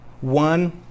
one